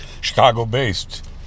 Chicago-based